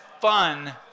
fun